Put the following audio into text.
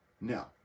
Now